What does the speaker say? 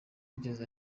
yigeze